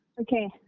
Okay